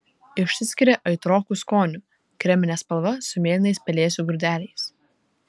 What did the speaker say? išsiskiria aitroku skoniu kremine spalva su mėlynais pelėsių grūdeliais